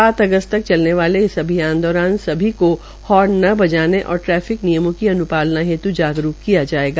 सात अगस्त तक चलने वाले इस अभियान दौरान सभी को हार्न न बजाने और ट्रैफिक नियमों की अन्पालना हेत् जागरूक किया जायेगा